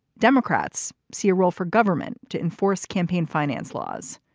democrats see a role for government to enforce campaign finance laws.